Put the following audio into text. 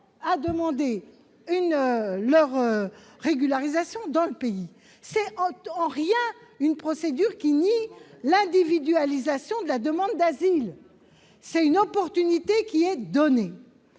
de demander sa régularisation dans notre pays. Ce n'est en rien une procédure qui nie l'individualisation de la demande d'asile. Je le répète, c'est une opportunité qui est donnée